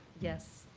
yes.